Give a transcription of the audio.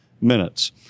minutes